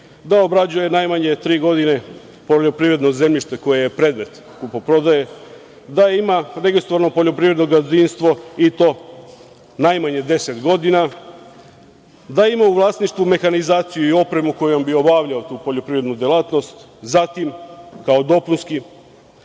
da obrađuje najmanje tri godine poljoprivredno zemljište koje je predmet kupoprodaje, da ima registrovano poljoprivredno gazdinstvo, i to najmanje deset godina, da ima u vlasništvu mehanizaciju i opremu kojom bi obavljao tu poljoprivrednu delatnost, zatim, kao dopunsko,